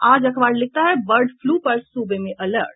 आज अखबार लिखता है बर्ड फ्लू पर सूबे में अलर्ट